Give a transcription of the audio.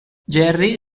jerry